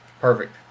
Perfect